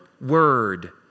word